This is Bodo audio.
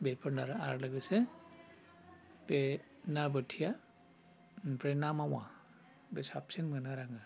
बेफोरनो आरो लोगोसे बे ना बोथिया ओमफ्राय ना मावा बे साबसिन मोनो आरो आङो